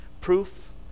Proof